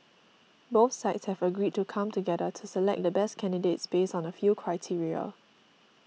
both sides have agreed to come together to select the best candidates based on a few criteria